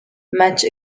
match